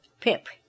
PIP